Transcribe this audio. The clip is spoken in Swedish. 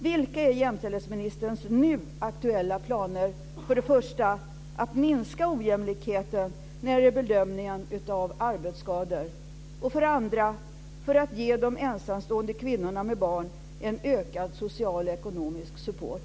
Vilka är jämställdhetsministerns nu aktuella planer för att för det första minska ojämlikheten när det gäller bedömningen av arbetsskador och för det andra ge de ensamstående kvinnorna med barn en ökad social och ekonomisk support?